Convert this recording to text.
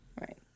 Right